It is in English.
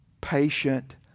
patient